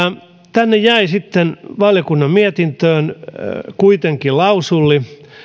tänne valiokunnan mietintöön jäi sitten kuitenkin klausuuli